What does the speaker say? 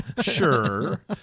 sure